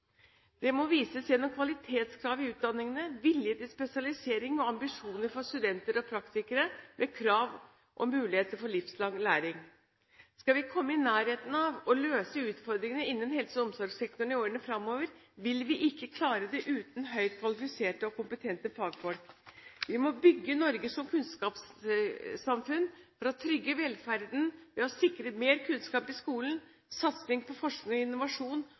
Det må vises gjennom kvalitetskrav i utdanningene, vilje til spesialisering og ambisjoner for studenter og praktikere – med krav og muligheter for livslang læring. Skal vi komme i nærheten av å løse utfordringene innen helse- og omsorgssektoren i årene fremover, vil vi ikke klare det uten høyt kvalifiserte og kompetente fagfolk. Vi må bygge Norge som kunnskapssamfunn for å trygge velferden ved å sikre mer kunnskap i skolen, satse på forskning og innovasjon